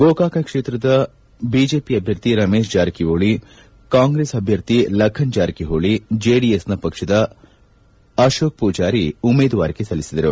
ಗೋಕಾಕ ಕ್ಷೇತ್ರದ ಬಿಜೆಪಿ ಅಭ್ಯರ್ಥಿ ರಮೇಶ್ ಜಾರಕಿಹೊಳಿ ಕಾಂಗ್ರೆಸ್ ಅಭ್ಯರ್ಥಿ ಲಖನ್ ಜಾರಕಿಹೊಳಿ ಜೆಡಿಎಸ್ ಪಕ್ಷದ ಅಶೋಕ್ ಪೂಜಾರಿ ಉಮೇದುವಾರಿಕೆ ಸಲ್ಲಿಸಿದರು